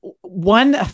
One